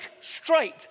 straight